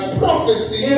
prophecy